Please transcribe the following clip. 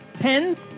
Pens